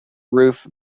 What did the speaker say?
roof